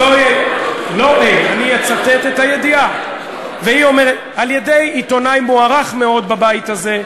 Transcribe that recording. אני אצטט את הידיעה שהביא עיתונאי מוערך מאוד בבית הזה,